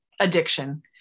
Addiction